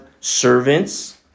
servants